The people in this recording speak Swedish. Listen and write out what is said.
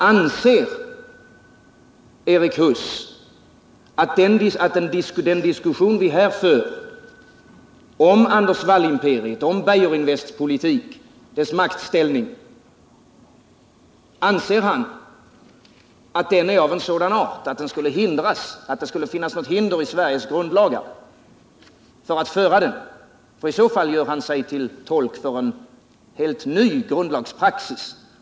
Anser Erik Huss att den diskussion vi här för om Anders Wall-imperiet, om Beijerinvests politik och maktställning, är av sådan art att det borde finnas något hinder i Sveriges grundlagar för att föra den? Om industriministern anser att så är fallet, gör han sig till tolk för en helt ny grundlagspraxis.